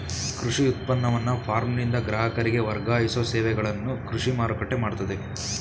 ಕೃಷಿ ಉತ್ಪನ್ನವನ್ನ ಫಾರ್ಮ್ನಿಂದ ಗ್ರಾಹಕರಿಗೆ ವರ್ಗಾಯಿಸೋ ಸೇವೆಗಳನ್ನು ಕೃಷಿ ಮಾರುಕಟ್ಟೆ ಮಾಡ್ತದೆ